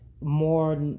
more